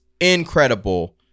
incredible